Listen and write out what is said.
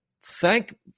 thank